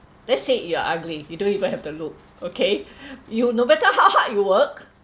let's say you are ugly you don't even have the look okay you no matter how hard you work